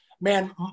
man